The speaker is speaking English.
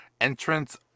entrance